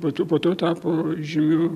po to po to tapo žymių